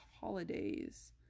holidays